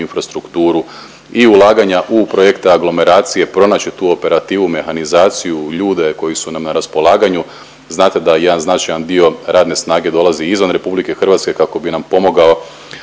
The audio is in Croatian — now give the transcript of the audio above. infrastrukturu i ulaganja u projekte aglomeracije, pronaći tu operativu, mehanizaciju, ljude koji su nam na raspolaganju. Znate da jedan značajan dio radne snage dolazi izvan RH kako bi nam pomogao